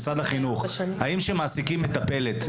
משרד החינוך האם כשמעסיקים מטפלת,